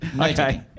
Okay